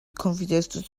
confidence